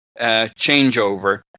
changeover